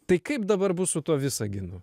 tai kaip dabar bus su tuo visaginu